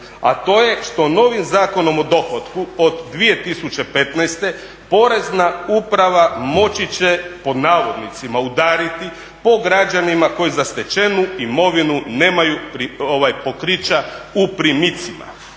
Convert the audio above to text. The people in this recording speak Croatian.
a to je što novim Zakonom o dohotku od 2015. porezna uprava moći će "udariti" po građanima koji za stečenu imovinu nemaju pokrića u primicima.